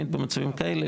תמיד במצבים כאלה,